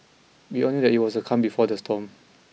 we all knew that it was the calm before the storm